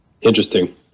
Interesting